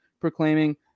proclaiming